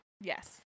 Yes